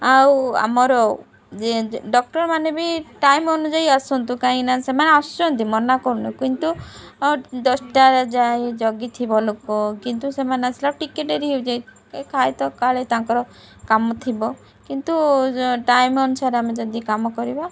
ଆଉ ଆମର ଡକ୍ଟର୍ମାନେ ବି ଟାଇମ୍ ଅନୁଯାୟୀ ଆସନ୍ତୁ କାହିଁକି ନା ସେମାନେ ଆସୁଛନ୍ତି ମନା କରୁନୁ କିନ୍ତୁ ଦଶଟାରେ ଯାଏ ଜଗିଥିବ ଲୋକ କିନ୍ତୁ ସେମାନେ ଆସିଲାକୁ ଟିକେ ଡେରି ହେଉଯାଇ ତ କାଳେ ତାଙ୍କର କାମ ଥିବ କିନ୍ତୁ ଟାଇମ୍ ଅନୁସାରେ ଆମେ ଯଦି କାମ କରିବା